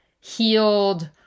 healed